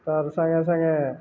ତ ସାଙ୍ଗେ ସାଙ୍ଗେ